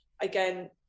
again